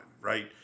Right